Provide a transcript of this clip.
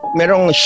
merong